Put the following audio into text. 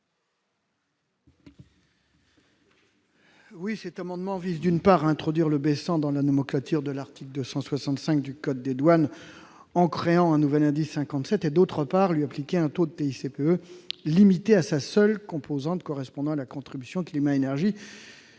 Cet amendement vise, d'une part, à introduire le B100 dans la nomenclature de l'article 265 du code des douanes en créant un nouvel indice 57, et, d'autre part, à lui appliquer un taux de TICPE limité à sa seule composante correspondant à la contribution climat-énergie,